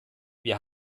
wir